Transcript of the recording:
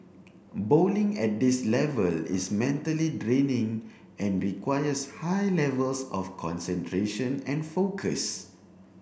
bowling at this level is mentally draining and requires high levels of concentration and focus